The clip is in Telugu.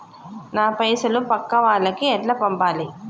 నా పైసలు పక్కా వాళ్లకి ఎట్లా పంపాలి?